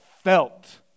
felt